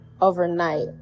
overnight